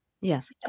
Yes